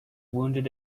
wounded